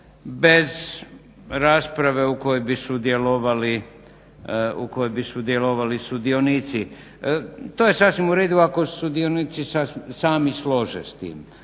bez rasprave u kojoj bi sudjelovali sudionici. To je sasvim u redu ako sudionici sami slože s tim.